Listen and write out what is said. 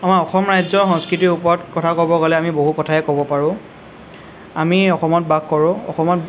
আমাৰ অসম ৰাজ্যৰ সংস্কৃতিৰ ওপৰত কথা ক'ব গ'লে আমি বহু কথাই ক'ব পাৰোঁ আমি অসমত বাস কৰোঁ অসমত